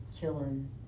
killing